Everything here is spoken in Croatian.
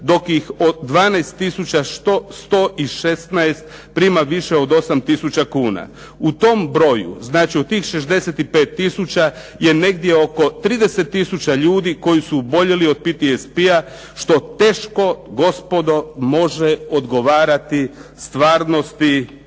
dok ih 12116 prima više od 8000 kuna. U tom broju, znači od tih 65000 je negdje oko 30000 ljudi koji su oboljeli od PTSP-a što teško gospodo može odgovarati stvarnosti